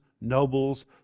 nobles